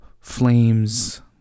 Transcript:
flames